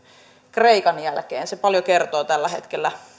kreikan jälkeen se paljon kertoo tällä hetkellä